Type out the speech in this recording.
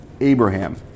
Abraham